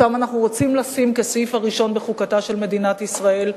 אותם אנחנו רוצים לשים כסעיף הראשון בחוקתה של מדינת ישראל,